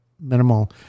minimal